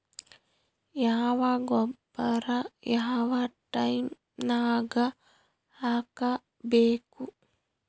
ಯಾವ ಗೊಬ್ಬರ ಯಾವ ಟೈಮ್ ನಾಗ ಹಾಕಬೇಕು?